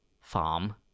farm